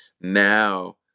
now